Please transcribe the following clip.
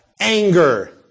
Anger